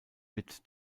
wird